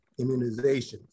immunizations